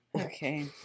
Okay